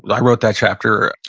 i wrote that chapter.